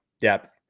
depth